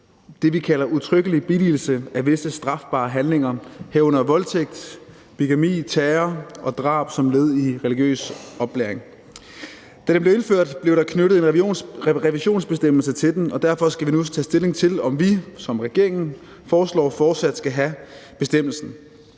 det, vi kalder udtrykkelig billigelse af visse strafbare handlinger, herunder voldtægt, bigami, terror og drab, som led i religiøs oplæring. Da den blev indført, blev der knyttet en revisionsbestemmelse til den, og derfor skal vi nu tage stilling til, om vi, som regeringen foreslår, fortsat skal have bestemmelsen.